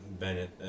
Bennett